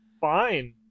fine